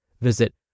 Visit